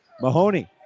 Mahoney